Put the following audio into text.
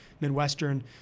Midwestern